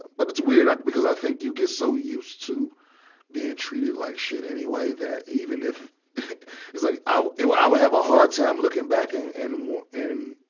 but it's weird, i, because i think you get so used to being treated like shit anyway that, even if it's like, i, it, i would have a hard time looking back and, and wo, and,